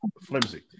flimsy